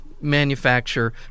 manufacture